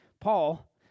Paul